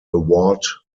award